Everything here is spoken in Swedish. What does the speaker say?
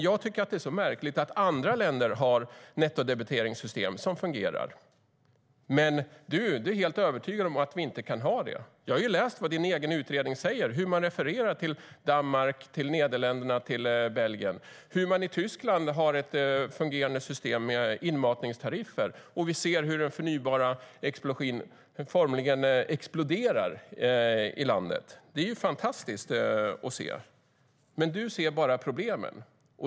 Det är märkligt att andra länder har nettodebiteringssystem som fungerar. Men du är helt övertygad om att vi inte kan ha det. Jag har läst vad din egen utredning säger och hur man refererar till Danmark, Nederländerna och Belgien och hur man i Tyskland har ett fungerande system med inmatningstariffer. Vi ser hur den förnybara energin formligen exploderar i landet. Det är fantastiskt att se. Men du ser bara problemen.